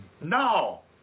No